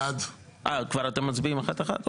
אה, אתם מצביעים אחת אחת?